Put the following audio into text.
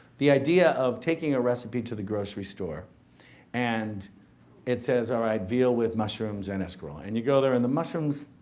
the idea of taking a recipe to the grocery store and it says all right veal with mushrooms and escarole and you go there and the mushrooms,